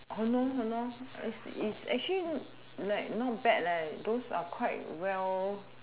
no no it's actually like not bad leh those are quite well